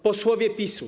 Posłowie PiS-u!